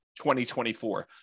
2024